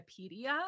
Wikipedia